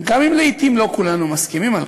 גם אם לעתים לא כולנו מסכימים עליהם.